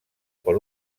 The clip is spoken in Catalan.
per